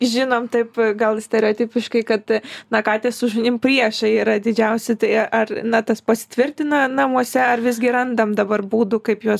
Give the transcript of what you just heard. žinome taip gal stereotipiškai kad na katės su šunim priešai yra didžiausi tai ar na tas pasitvirtina namuose ar visgi randam dabar būdų kaip juos